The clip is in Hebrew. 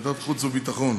בוועדת החוץ והביטחון,